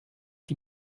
die